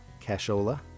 cashola